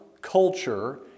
culture